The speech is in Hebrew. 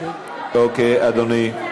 אוקיי, אדוני.